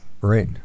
Right